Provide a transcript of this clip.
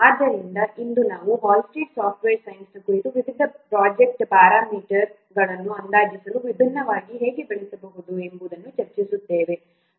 ಆದ್ದರಿಂದ ಇಂದು ನಾವು ಹಾಲ್ಸ್ಟೆಡ್ನ ಸಾಫ್ಟ್ವೇರ್ ಸೈನ್ಸ್Halstead's software science ಕುರಿತು ವಿವಿಧ ಪ್ರೊಜೆಕ್ಟ್ ಪ್ಯಾರಾಮೀಟರ್ಗಳನ್ನು ಅಂದಾಜಿಸಲು ವಿಭಿನ್ನವಾಗಿ ಹೇಗೆ ಬಳಸಬಹುದು ಎಂಬುದನ್ನು ಚರ್ಚಿಸುತ್ತೇವೆ